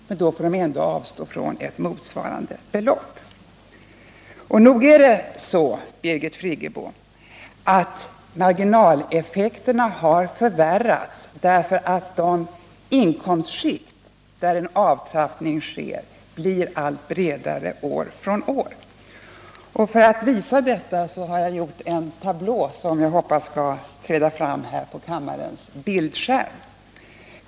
Men då får vederbörande ändå avstå från motsvarande belopp. Nog är det så, Birgit Friggebo, att marginaleffekterna har förvärrats därför att de inkomstskikt där avtrappning sker blivit allt bredare år efter år. För att visa detta har jag gjort en tablå, som jag hoppas skall träda fram på kammarens TV-skärm.